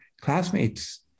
classmates